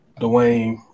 Dwayne